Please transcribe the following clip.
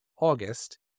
August